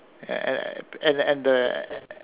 and and and and the and and